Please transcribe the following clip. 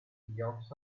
yolks